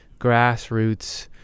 grassroots